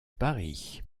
paris